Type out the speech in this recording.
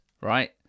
right